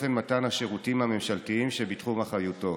אופן מתן השירותים הממשלתיים שבתחום אחריותו.